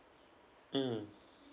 mm